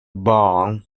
bone